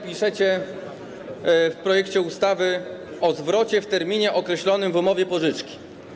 Piszecie w projekcie ustawy o zwrocie w terminie określonym w umowie pożyczki.